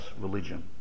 religion